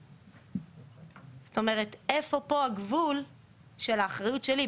אז איפה פה הגבול של האחריות שלי?